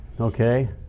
Okay